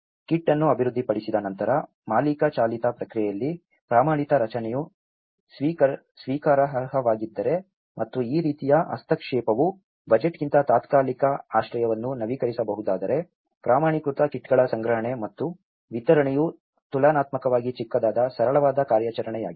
kit ಅನ್ನು ಅಭಿವೃದ್ಧಿಪಡಿಸಿದ ನಂತರ ಮಾಲೀಕ ಚಾಲಿತ ಪ್ರಕ್ರಿಯೆಯಲ್ಲಿ ಪ್ರಮಾಣಿತ ರಚನೆಯು ಸ್ವೀಕಾರಾರ್ಹವಾಗಿದ್ದರೆ ಮತ್ತು ಈ ರೀತಿಯ ಹಸ್ತಕ್ಷೇಪವು ಬಜೆಟ್ಗಿಂತ ತಾತ್ಕಾಲಿಕ ಆಶ್ರಯವನ್ನು ನವೀಕರಿಸಬಹುದಾದರೆ ಪ್ರಮಾಣೀಕೃತ ಕಿಟ್ಗಳ ಸಂಗ್ರಹಣೆ ಮತ್ತು ವಿತರಣೆಯು ತುಲನಾತ್ಮಕವಾಗಿ ಚಿಕ್ಕದಾದ ಸರಳವಾದ ಕಾರ್ಯಾಚರಣೆಯಾಗಿದೆ